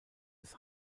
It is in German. des